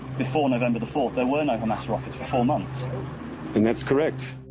before november the fourth, there were no hamas rockets for four months. and thatis correct.